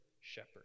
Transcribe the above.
shepherd